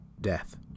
Death